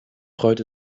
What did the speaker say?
freut